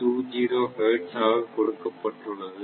20 hertz ஆக கொடுக்கப்பட்டுள்ளது